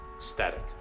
Static